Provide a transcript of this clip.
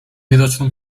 widoczną